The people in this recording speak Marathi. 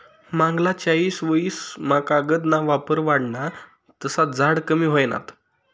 मांगला चायीस वरीस मा कागद ना वापर वाढना तसा झाडे कमी व्हयनात